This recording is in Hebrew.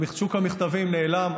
שוק המכתבים נעלם,